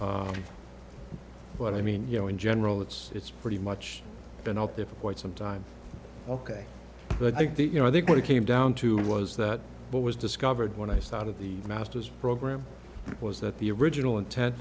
but i mean you know in general it's it's pretty much been out there for quite some time ok but i think that you know i think what it came down to was that what was discovered when i started the master's program was that the original intent